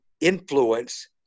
influence